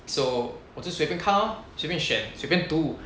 so 我就随便看 lor 随便选随便读